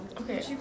Okay